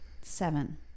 Seven